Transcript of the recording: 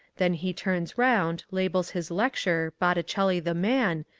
then he turns round, labels his lecture botticelli the man,